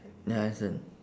ya understand